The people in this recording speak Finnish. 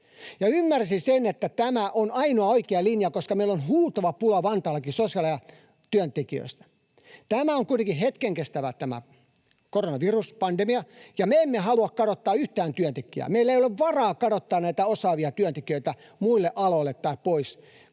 Ymmärsin, että tämä on ainoa oikea linja, vaikka meillä Vantaallakin on huutava pula sosiaalialan työntekijöistä. Tämä koronaviruspandemia on kuitenkin hetken kestävä, ja me emme halua kadottaa yhtään työntekijää. Meillä ei ole varaa kadottaa näitä osaavia työntekijöitä muille aloille tai pois